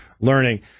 learning